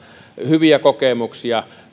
hyviä kokemuksia